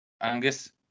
Angus